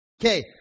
Okay